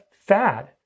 fad